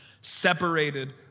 separated